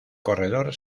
corredor